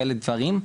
כאלה דברים,